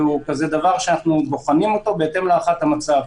זה דבר שאנחנו בוחנים אותו בהתאם להערכת המצב.